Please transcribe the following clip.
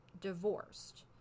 divorced